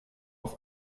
auf